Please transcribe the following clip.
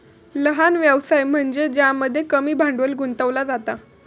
लहान व्यवसाय म्हनज्ये ज्यामध्ये कमी भांडवल गुंतवला जाता